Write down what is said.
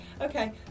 okay